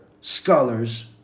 scholars